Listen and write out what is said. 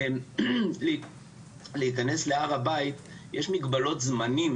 כדי להיכנס להר הבית יש מגבלות זמנים